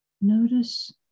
Notice